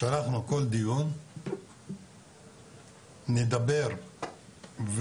שאנחנו כל דיון נדבר וננתח,